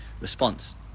response